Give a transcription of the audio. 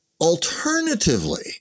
Alternatively